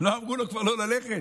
לא אמרו לו כבר לא ללכת?